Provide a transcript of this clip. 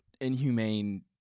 inhumane